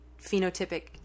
phenotypic